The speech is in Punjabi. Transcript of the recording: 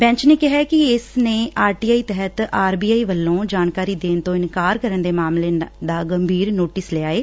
ਬੈਂਚ ਨੇ ਕਿਹੈ ਕਿ ਇਸ ਨੇ ਆਰ ਟੀ ਆਈ ਤਹਿਤ ਆਰ ਬੀ ਆਈ ਵੱਲੋਂ ਜਾਣਕਾਰੀ ਦੇਣ ਤੋਂ ਇਨਕਾਰ ਕਰਨ ਦੇ ਮਾਮਲੇ ਦਾ ਗੰਭੀਰ ਨੋਟਿਸ ਲਿਐ